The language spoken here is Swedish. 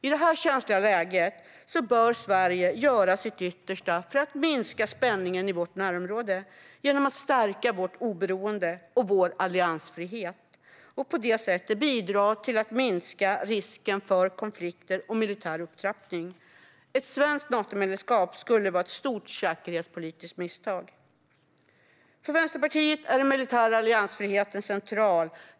I detta känsliga läge bör Sverige göra sitt yttersta för att minska spänningen i vårt närområde genom att stärka vårt oberoende och vår alliansfrihet och på det sättet bidra till att minska risken för konflikter och militär upptrappning. Ett svenskt Natomedlemskap skulle vara ett stort säkerhetspolitiskt misstag. För Vänsterpartiet är den militära alliansfriheten central.